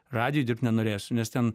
radijuj dirbt nenorėsiu nes ten